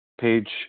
page